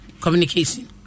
communication